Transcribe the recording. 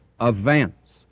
events